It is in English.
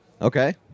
Okay